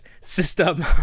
system